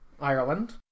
Ireland